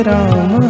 Ram